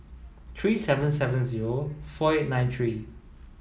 three seven seven zero four eight nine three